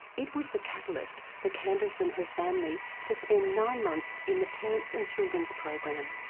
it was the catalyst for candice and her family to spend nine months in the parents and children program.